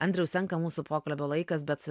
andriaus senka mūsų pokalbio laikas bet